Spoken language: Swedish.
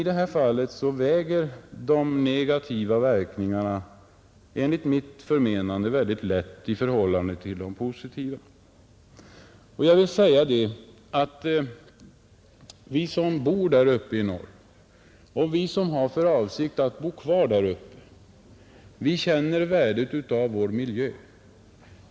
I det här fallet väger de negativa verkningarna enligt mitt förmenande väldigt lätt i förhållande till de positiva. Jag vill säga att vi som bor däruppe i norr och vi som har för avsikt att bo kvar däruppe känner värdet av vår miljö.